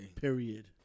Period